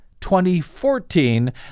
2014